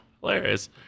Hilarious